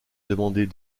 demander